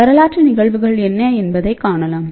வரலாற்று நிகழ்வுகள் என்ன என்பதைகாணலாம்